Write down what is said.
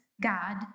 God